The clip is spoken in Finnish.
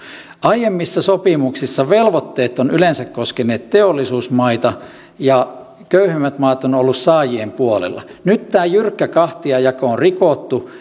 aiemmissa sopimuksissa velvoitteet ovat yleensä koskeneet teollisuusmaita ja köyhemmät maat ovat olleet saajien puolella nyt tämä jyrkkä kahtiajako on rikottu